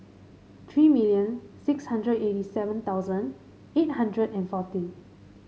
three million six hundred eighty seven thousand eight hundred and forty